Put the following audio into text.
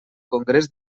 congrés